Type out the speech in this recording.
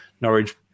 Norwich